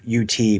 ut